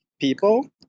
people